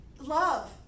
love